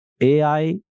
AI